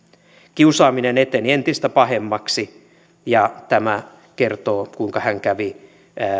kiusaaminen eteni entistä pahemmaksi ja tämä kertoo kuinka hän kävi